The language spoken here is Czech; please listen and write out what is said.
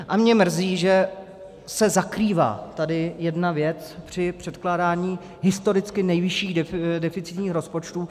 A mě mrzí, že se zakrývá tady jedna věc při předkládání historicky nejvyšších deficitních rozpočtů.